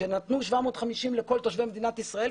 כשנתנו 750 שקלים לכל תושבי מדינת ישראל,